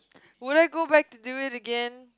would I go back to do it again